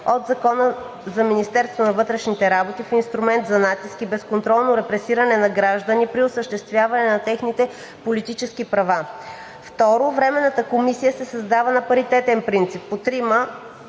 от Закона за Министерството на вътрешните работи в инструмент за натиск и безконтролно репресиране на граждани при осъществяване на техните политически права. II. Временната комисия се създава на паритетен принцип